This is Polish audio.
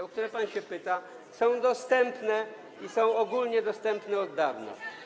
o które pan się pyta, są dostępne i są ogólnodostępne od dawna.